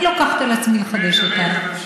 אני לוקחת על עצמי לחדש אותן.